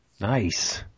Nice